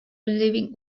living